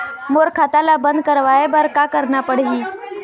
मोर खाता ला बंद करवाए बर का करना पड़ही?